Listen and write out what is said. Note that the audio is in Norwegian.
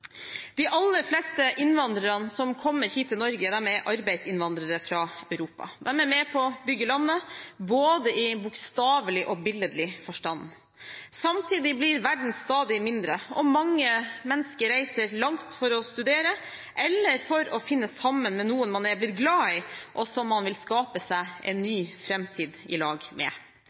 De aller fleste innvandrerne som kommer hit til Norge, er arbeidsinnvandrere fra Europa. De er med på å bygge landet i både bokstavelig og billedlig forstand. Samtidig blir verden stadig mindre, og mange mennesker reiser langt for å studere eller for å finne sammen med noen man er blitt glad i, og som man vil skape seg en ny framtid sammen med.